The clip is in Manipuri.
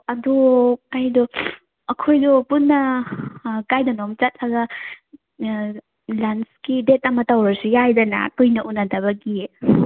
ꯑꯗꯣ ꯑꯩꯗꯣ ꯑꯩꯈꯣꯏꯗꯣ ꯄꯨꯟꯅ ꯀꯥꯏꯗꯅꯣꯝ ꯆꯠꯂꯒ ꯂꯟꯁꯀꯤ ꯗꯦꯠ ꯑꯃ ꯇꯧꯔꯣꯁꯨ ꯌꯥꯏꯗꯅ ꯀꯨꯏꯅ ꯎꯅꯗꯕꯒꯤ